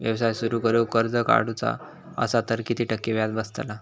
व्यवसाय सुरु करूक कर्ज काढूचा असा तर किती टक्के व्याज बसतला?